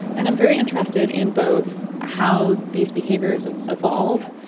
and i'm very interested in both how these behaviours ah evolve,